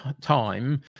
time